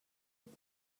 with